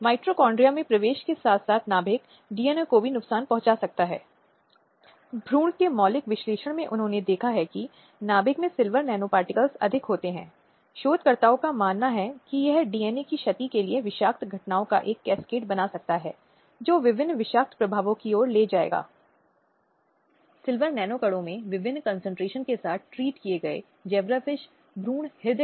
यह एक अवधारणा है जिसके खिलाफ हमें प्रयास करना है जो वास्तव में अभी भी अस्तित्व में नहीं है और असमानताओं को खत्म करने भेदभाव को खत्म करने हिंसा के विभिन्न रूपों को समाप्त करने की दिशा में विशिष्ट प्रयास किए जाने हैं जो महिलाओं के खिलाफ मौजूद हैं